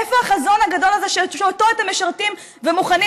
איפה החזון הגדול הזה שאותו אתם משרתים ומוכנים